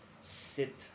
sit